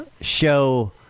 show